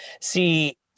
see